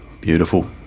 beautiful